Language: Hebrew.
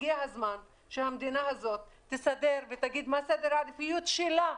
הגיע הזמן שהמדינה הזאת תסדר ותגיד מה סדר העדיפויות שלה,